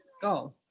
Go